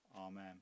Amen